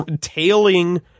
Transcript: tailing